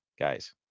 guys